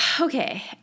okay